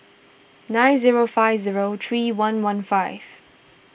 nine zero five zero three one one five